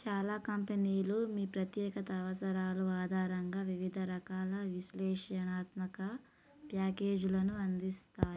చాలా కంపెనీలు మీ ప్రత్యేకత అవసరాలు ఆధారంగా వివిధ రకాల విశ్లేషణాత్మక ప్యాకేజీలను అందిస్తాయి